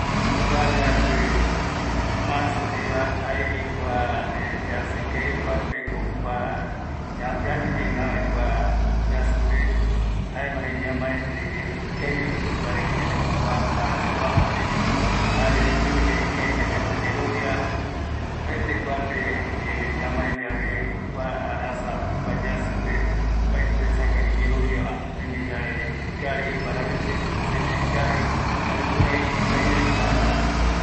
Kua yasï Marzo jeiva, jaevi kua, yajï ikavigue, kuapeko kua yayu yave ñaväe kua yajïpe, jaemavi ñamae de que ikavirako yayapo mbaraviki kua arasa oajavare, jare oime yave ikavi yerovia, opaete kuape ñamae yave kua arasa ani kua yajïpe, opaete oesaka iyeroviava, oime yave ikavi oparaviki, cosecha ikavi, jare jukurai ikavi kua ara.